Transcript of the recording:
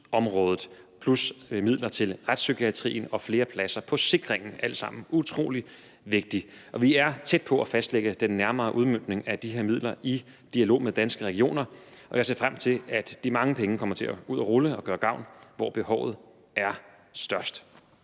plus midler til retspsykiatrien og flere pladser på sikringen. Det er alt sammen utrolig vigtigt. Vi er tæt på at fastlægge den nærmere udmøntning af de her midler i dialog med Danske Regioner, og jeg ser frem til, at de mange penge kommer ud at rulle og gøre gavn, hvor behovet er størst.